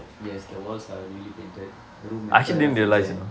yes the walls are newly painted room eh இப்ப தான் செய்தேன்:ippa thaan seythaen